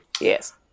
Yes